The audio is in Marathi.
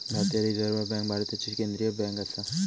भारतीय रिझर्व्ह बँक भारताची केंद्रीय बँक आसा